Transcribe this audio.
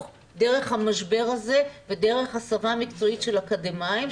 דרך המשבר הזה ודרך הסבה מקצועית של אקדמאים,